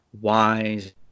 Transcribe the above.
wise